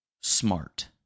smart